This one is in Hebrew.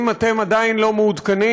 אם אתם עדיין לא מעודכנים,